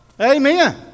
Amen